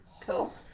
Cool